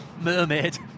mermaid